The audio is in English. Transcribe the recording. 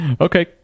okay